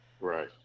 Right